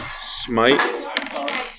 smite